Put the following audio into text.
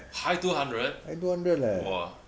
high two hundred !wah!